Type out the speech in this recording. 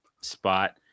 spot